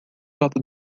lado